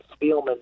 Spielman